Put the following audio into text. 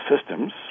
systems